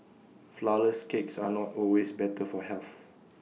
Flourless Cakes are not always better for health